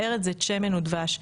ארץ זית שמן ודבש.